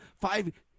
five